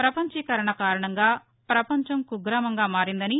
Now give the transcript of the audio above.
ప్రపంచీకరణ కారణంగా ప్రపంచం కుగ్రామంగా మారిందని